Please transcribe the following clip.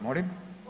Molim?